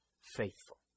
faithful